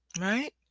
Right